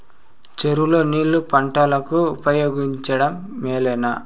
చెరువు లో నీళ్లు పంటలకు ఉపయోగించడం మేలేనా?